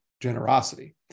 generosity